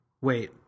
wait